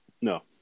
No